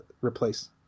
replace